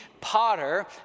Potter